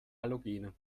halogene